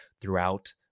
throughout